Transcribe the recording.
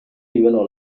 rivelò